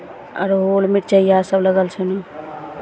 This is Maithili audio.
अड़हुल मिरचैया सभ लगल छै ने